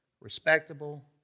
respectable